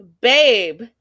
babe